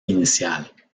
initiales